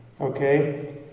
Okay